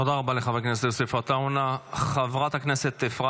תודה רבה לחבר הכנסת יוסף עטאונה.